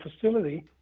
facility